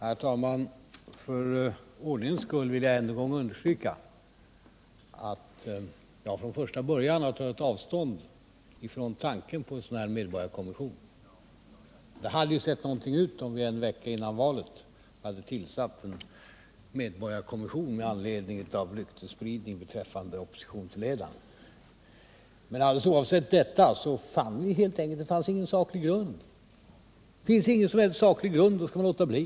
Herr talman! För ordningens skull vill jag än en gång understryka att jag från första början tog avstånd ifrån tanken på en medborgarkommission. Det hade just sett någonting ut, om vi en vecka före valet hade tillsatt en medborgarkommission med anledning av ryktesspridning beträffande oppositionsledar2n. Men alldeles bortsett från detta fanns det ingen saklig grund för att tillsätta en sådan, och finns det ingen som helst saklig grund, då skall man låta bli.